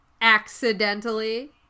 Accidentally